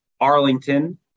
Arlington